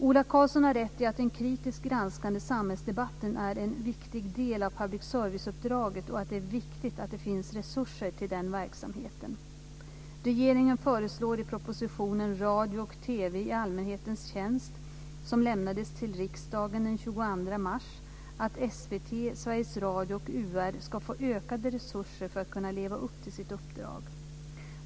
Ola Karlsson har rätt i att den kritiskt granskande samhällsdebatten är en viktig del av public serviceuppdraget och att det är viktigt att det finns resurser till den verksamheten. Sveriges Radio och UR ska få ökade resurser för att kunna leva upp till sitt uppdrag.